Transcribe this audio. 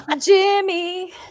Jimmy